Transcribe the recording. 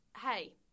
hey